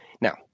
Now